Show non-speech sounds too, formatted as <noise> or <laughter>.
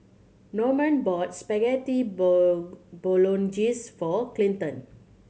Normand bought Spaghetti <unintelligible> Bolognese for Clinton